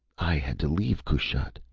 i had to leave kushat,